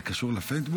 זה קשור לפיינטבּוּל?